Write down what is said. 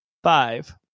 Five